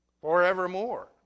forevermore